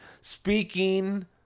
Speaking